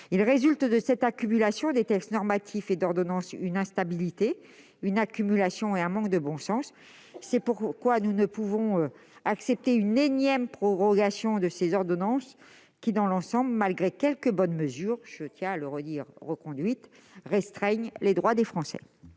Il résulte de cette accumulation de textes normatifs et d'ordonnances une instabilité et un manque de bon sens. C'est pourquoi nous ne pouvons accepter une énième prorogation de ces ordonnances qui, dans l'ensemble, même si quelques bonnes mesures ont été reconduites- je tiens à le redire -, restreignent les droits des Français.